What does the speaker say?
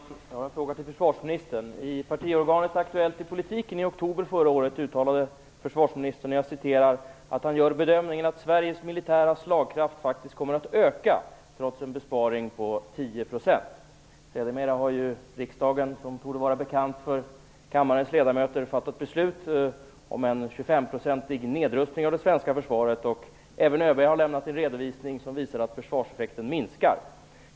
Herr talman! Jag har en fråga till försvarsministern. I partiorganet Aktuellt i politiken i oktober förra året uttalade försvarsministern att han gör bedömningen att Sveriges militära slagkraft faktiskt kommer att öka trots en besparing på 10 %. Sedermera har ju riksdagen - vilket torde vara bekant för kammarens ledamöter - fattat beslut om en 25-procentig nedrustning av det svenska försvaret. Även ÖB har lämnat en redovisning som visar att försvarseffekten minskar.